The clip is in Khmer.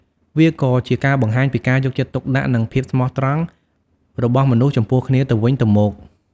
វាក៏ជាការបង្ហាញពីការយកចិត្តទុកដាក់និងភាពស្មោះត្រង់របស់មនុស្សចំពោះគ្នាទៅវិញទៅមក។